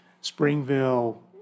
Springville